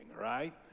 right